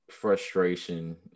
frustration